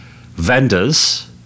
vendors